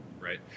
right